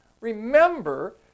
remember